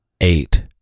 eight